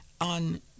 on